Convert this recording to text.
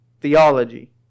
theology